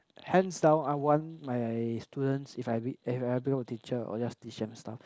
hands down I want my students if I if I become a teacher I'll just teach them stuff